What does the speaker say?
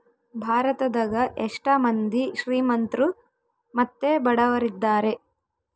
ಭಾರತದಗ ಎಷ್ಟ ಮಂದಿ ಶ್ರೀಮಂತ್ರು ಮತ್ತೆ ಬಡವರಿದ್ದಾರೆ?